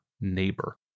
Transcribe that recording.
neighbor